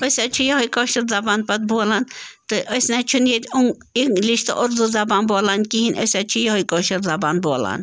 أسۍ حظ چھِ یِہَے کٲشِر زبان پَتہٕ بولان تہٕ أسۍ نہَ حظ چھِنہٕ ییٚتہِ اوٗ اِنٛگلِش تہِ اُردو زبان بولان کِہیٖنٛۍ أسۍ حظ چھِ یِہَے کٲشِر زبان بولان